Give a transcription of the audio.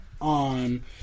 on